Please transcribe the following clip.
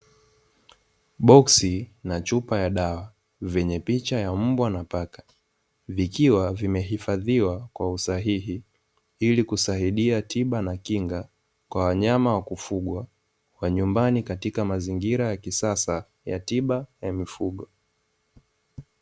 Boksi na chupa ya dawa vyenye picha ya mbwa na paka, vikiwa vimehifadhiwa kwa usahihi, ili kusaidia tiba na kinga kwa wanyama wa kufugwa majumbani, katika mazingira ya kisasa ya tiba ya mifugo.